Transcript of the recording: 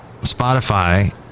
Spotify